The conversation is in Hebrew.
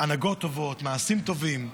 הנהגות טובות, מעשים טובים.